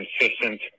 consistent